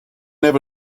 never